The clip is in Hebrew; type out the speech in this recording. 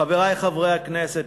חברי חברי הכנסת,